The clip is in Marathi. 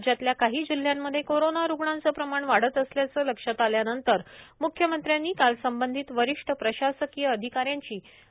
राज्यातल्या काही जिल्ह्यांमध्ये कोरोना रुग्णांचे प्रमाण वाढत असल्याचे लक्षात आल्यानंतर म्ख्यमंत्र्यांनी काल संबंधित वरिष्ठ प्रशासकीय अधिकाऱ्यांची आढावा बैठक घेतली